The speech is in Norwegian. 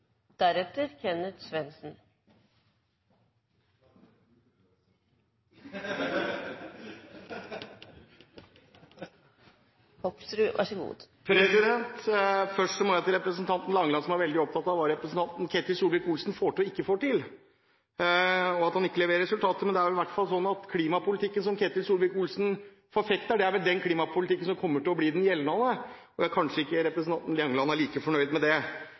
Først må jeg si til representanten Langeland, som er veldig opptatt av hva representanten Ketil Solvik-Olsen får til og ikke får til, og at han ikke leverer resultater. Men det er vel slik at den klimapolitikken som Ketil Solvik-Olsen forfekter, er den klimapolitikken som kommer til å bli den gjeldende, noe representanten Langeland kanskje ikke er like fornøyd med.